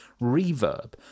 reverb